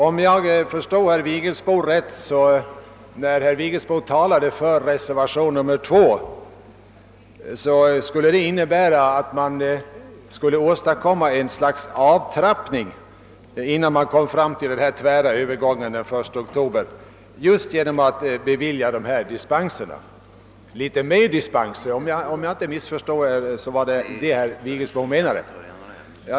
Om jag förstod herr Vigelsbo rätt när han talade för reservation nr 2, så vill han genom att bevilja dessa dispenser åstadkomma ett slags avtrappning innan man kommer fram till den tvära övergången den 1 oktober. Om jag inte missförstod honom så vill han alltså ha fler dispenser.